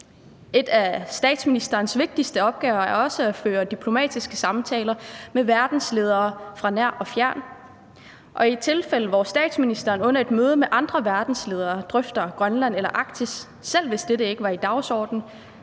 En af statsministerens vigtigste opgaver er også at føre diplomatiske samtaler med verdensledere fra nær og fjern. Og i tilfælde af at statsministeren under et møde med andre verdensledere drøfter Grønland eller Arktisk, selv hvis dette ikke er på dagsordenen,